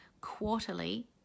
quarterly